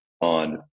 on